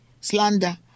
slander